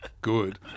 good